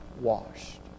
washed